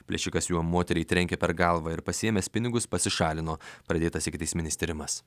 plėšikas juo moteriai trenkė per galvą ir pasiėmęs pinigus pasišalino pradėtas ikiteisminis tyrimas